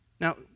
Now